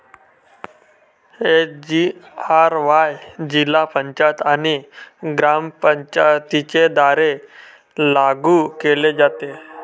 SGRY जिल्हा पंचायत आणि ग्रामपंचायतींद्वारे लागू केले जाते